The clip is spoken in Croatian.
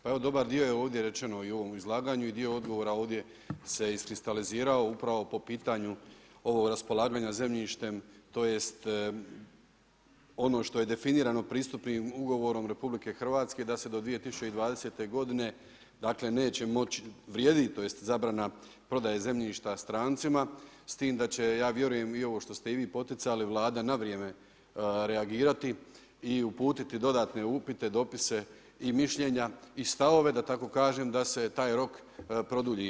Pa evo dobar dio je ovdje rečeno i u ovom izlaganju i dio odgovora ovdje se iskristalizirao upravo po pitanju ovog raspolaganja zemljištem tj. ono što je definirano pristupnim ugovorom RH da se do 2020. godine dakle neće moći, vrijedi tj. zabrana prodaje zemljišta strancima, s time da će ja vjerujem i ovo što ste i vi poticali, Vlada na vrijeme reagirati i uputiti dodatne upite, dopise i mišljenja i stavove da tako kažem, da se taj rok produlji.